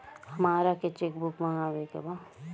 हमारा के cheque book मगावे के बा?